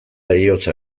heriotza